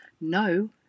no